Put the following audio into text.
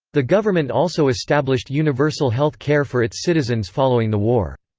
the government also established universal health care for its citizens following the war.